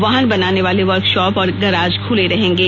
वाहन बनाने वाले वर्कशॉप और गैराज खुले रहेंगे